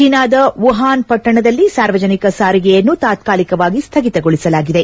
ಚೀನಾದ ವುಹಾನ್ ಪಟ್ಟಣದಲ್ಲಿ ಸಾರ್ವಜನಿಕ ಸಾರಿಗೆಯನ್ನು ತಾತ್ನಾಲಿಕವಾಗಿ ಸ್ಥಗಿತಗೊಳಿಸಲಾಗಿದೆ